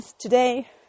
today